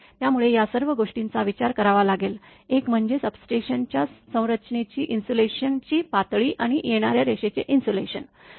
त्यामुळे या सर्व गोष्टींचा विचार करावा लागेल एक म्हणजे सबस्टेशनच्या संरचनेची इन्सुलेशन ची पातळी आणि येणारे रेषेचे इन्सुलेशन